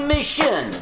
Mission